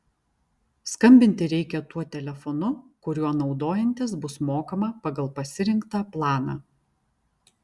skambinti reikia tuo telefonu kuriuo naudojantis bus mokama pagal pasirinktą planą